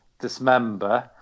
dismember